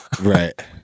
right